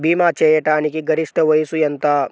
భీమా చేయాటానికి గరిష్ట వయస్సు ఎంత?